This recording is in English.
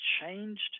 changed